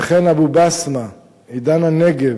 וכן אבו-בסמה, "עידן הנגב"